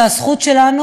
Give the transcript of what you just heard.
זו הזכות שלנו,